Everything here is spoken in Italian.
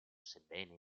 sebbene